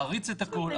להריץ את הכול.